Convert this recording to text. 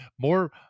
more